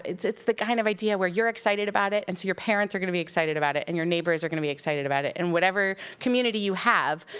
it's it's the kind of idea where you're excited about it, and so your parents are gonna be excited about it, and your neighbors are gonna be excited about it, and whatever community you have,